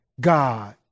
God